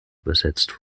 übersetzt